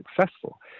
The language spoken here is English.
successful